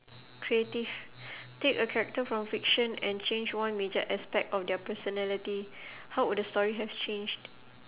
creative take a character from fiction and change one major aspect of their personality how would the story have changed